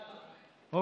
שנייה.